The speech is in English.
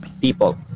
people